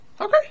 Okay